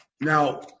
Now